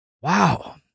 Wow